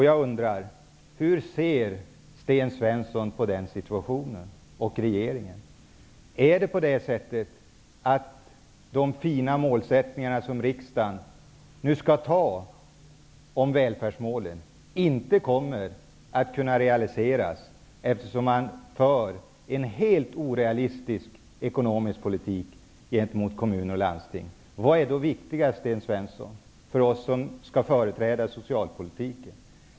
Jag undrar hur Sten Svensson och regeringen ser på den situationen. Är det så att de fina välfärdsmål som riksdagen nu skall fatta beslut om inte kommer att kunna realiseras, eftersom man för en helt orealistisk ekonomisk politik gentemot kommuner och landsting? Vad är då viktigast, Sten Svensson, för oss som skall företräda socialpolitiken?